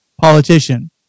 politician